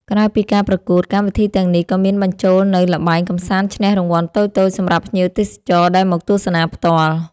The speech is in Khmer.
ក្រៅពីការប្រកួត កម្មវិធីទាំងនេះក៏មានបញ្ចូលនូវល្បែងកម្សាន្តឈ្នះរង្វាន់តូចៗសម្រាប់ភ្ញៀវទេសចរដែលមកទស្សនាផ្ទាល់។